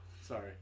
Sorry